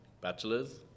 bachelors